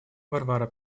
варвара